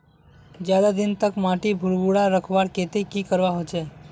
ज्यादा दिन तक माटी भुर्भुरा रखवार केते की करवा होचए?